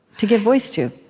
to give voice to